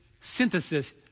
synthesis